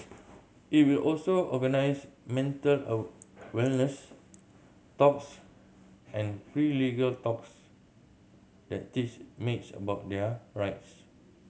it will also organise mental a wellness talks and free legal talks that teach maids about their rights